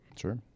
Sure